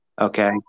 Okay